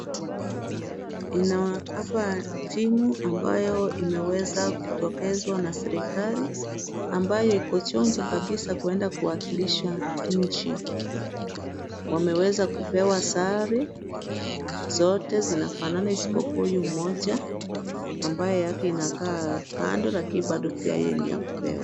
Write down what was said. Ina hapa timu ambayo imeweza kutokezwa na serikali, ambayo iko chonjo kabisa kwenda kuwakilisha nchi. Wameweza kupewa sare zote zinafanana isipokuwa huyu mmoja ambaye yake inakaa kando lakini bado pia yeye ni.